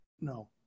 no